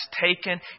taken